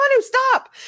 stop